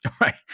right